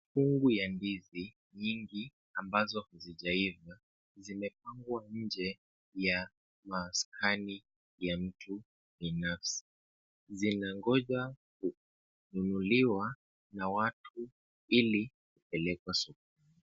Mikungu ya ndizi nyingi ambazo hazijaiva . Zimepangwa inje ya maskani ya mtu binafsi. Zinangoja kununuliwa na watu ili kupelekwa sokoni.